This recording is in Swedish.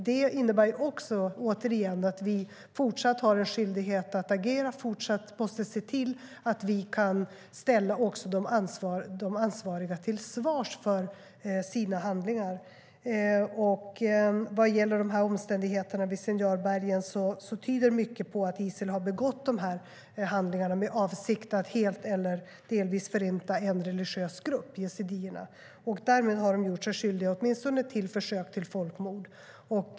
Det innebär att vi även fortsättningsvis har en skyldighet att agera och ställa de ansvariga till svars för sina handlingar. Vad gäller omständigheterna vid Sinjarbergen tyder mycket på att Isil har begått dessa handlingar med avsikt att helt eller delvis förinta en religiös grupp, yazidierna. Därmed har Isil gjort sig skyldig till åtminstone försök till folkmord.